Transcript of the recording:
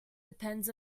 depends